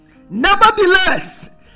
Nevertheless